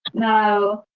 now,